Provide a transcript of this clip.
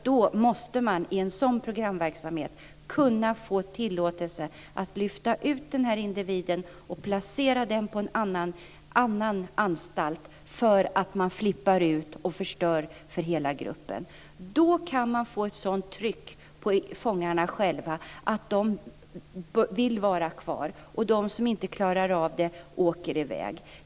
Då måste man i en sådan här programverksamhet kunna få tillåtelse att lyfta ut denna individ och placera honom på en annan anstalt, eftersom han flippar ut och förstör för hela gruppen. Då kan man få ett sådant tryck på fångarna själva att de vill vara kvar. De som inte klarar av det åker i väg.